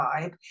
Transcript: vibe